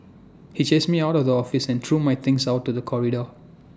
he chased me out of the office and threw my things out to the corridor